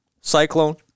Cyclone